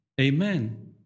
amen